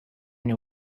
your